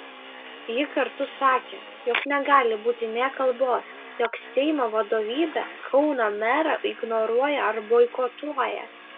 ji kartu sakė jog negali būti nė kalbos jog seimo vadovybė kauno merą ignoruoja ar boikotuoja